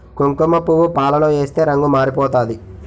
కుంకుమపువ్వు పాలలో ఏస్తే రంగు మారిపోతాది